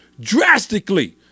drastically